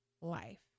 life